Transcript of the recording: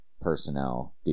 personnel